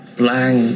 blank